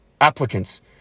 applicants